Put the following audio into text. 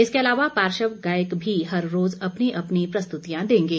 इसके अलावा पार्श्व गायक भी हर रोज अपनी अपनी प्रस्तुतियां देंगे